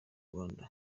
rwanda